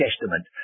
Testament